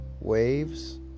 waves